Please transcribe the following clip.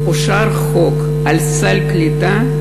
אושר חוק על סל קליטה,